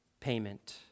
payment